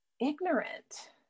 ignorant